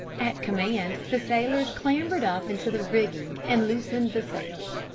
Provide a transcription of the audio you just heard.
at command the sailors clambered up into the rigging and loosened the sails.